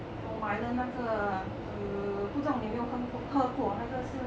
我买了那个 err 不懂你有没有分过喝过那个是